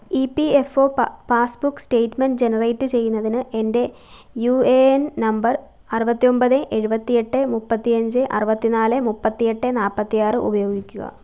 ഈ P F O passbook statement generate ചെയ്യുന്നതിന് എന്റെ യൂ ഏ എൻ നമ്പർ അറുപത്തിയൊമ്പത് എഴുപത്തിയെട്ട് മുപ്പത്തിയഞ്ച് അറുപത്തിനാല് മുപ്പത്തിയെട്ട് നാൽപ്പത്തിയാറ് ഉപയോഗിക്കുക